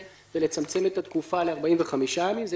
ולצמצם את התקופה ל-45 ימים במקום שלושה חודשים.